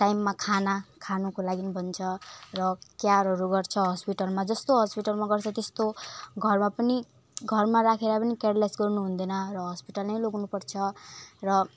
टाइममा खाना खानुको लागि पनि भन्छ र केयरहरू गर्छ हस्पिटलमा जस्तो हस्पिटलमा गर्छ त्यस्तो घरमा पनि घरमा राखेर पनि केयरलेस गर्नु हुँदैन र हस्पिटल नै लानु पर्छ र